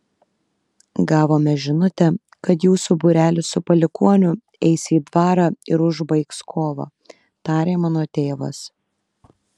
gavome žinutę kad jūsų būrelis su palikuoniu eis į dvarą ir užbaigs kovą tarė mano tėvas